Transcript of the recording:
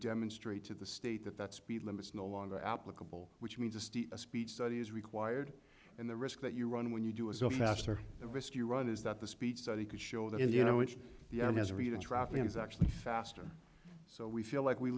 demonstrate to the state that that speed limits no longer applicable which means of a speed study is required and the risk that you run when you do a so fast or the risk you run is that the speed study could show that if you know which has a read in traffic is actually faster so we feel like we